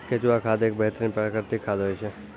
केंचुआ खाद एक बेहतरीन प्राकृतिक खाद होय छै